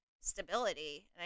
stability